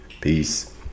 peace